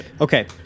Okay